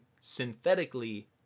synthetically